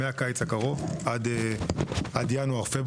הקרוב עד ינואר-פברואר.